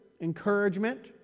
encouragement